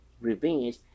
revenge